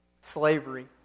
Slavery